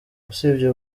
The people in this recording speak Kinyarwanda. usibye